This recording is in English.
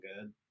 good